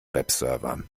webserver